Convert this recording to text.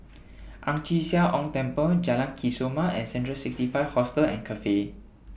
Ang Chee Sia Ong Temple Jalan Kesoma and Central sixty five Hostel and Cafe